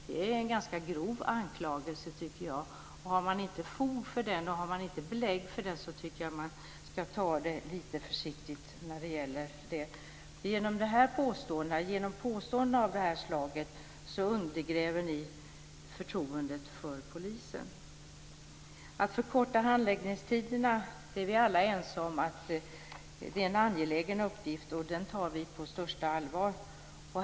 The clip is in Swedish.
Det är en ganska grov anklagelse, tycker jag. Om man inte har fog och belägg för den tycker jag att man ska ta det lite försiktigt. Genom påståenden av det här slaget undergräver ni förtroendet för polisen. Vi är alla ense om att det är en angelägen uppgift att förkorta handläggningstiderna, och den tar vi på största allvar.